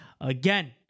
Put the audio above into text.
again